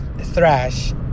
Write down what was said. thrash